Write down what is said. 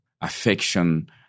affection